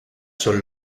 son